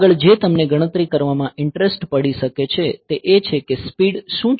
આગળ જે તમને ગણતરી કરવામાં ઇન્ટરેસ્ટ પડી શકે છે તે એ છે કે સ્પીડ શું છે